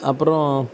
அப்புறோம்